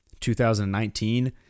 2019